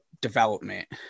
development